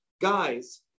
guys